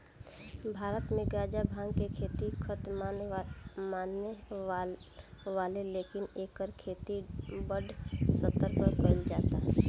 भारत मे गांजा, भांग के खेती सख्त मना बावे लेकिन एकर खेती बड़ स्तर पर कइल जाता